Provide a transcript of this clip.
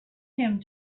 him